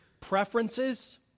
preferences